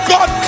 God